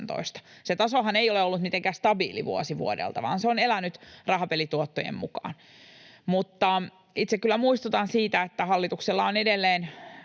Se tasohan ei ole ollut mitenkään stabiili vuosi vuodelta, vaan se on elänyt rahapelituottojen mukaan. Mutta itse kyllä muistutan siitä, että hallituksella on edelleen